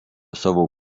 savo